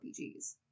RPGs